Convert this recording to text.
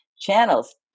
channels